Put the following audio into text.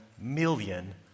million